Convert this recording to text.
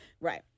Right